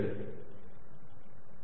A2xx2yy 3zz